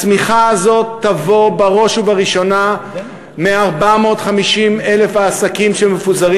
הצמיחה הזאת תבוא בראש ובראשונה מ-450,000 העסקים שמפוזרים